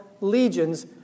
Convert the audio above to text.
legions